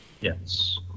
Yes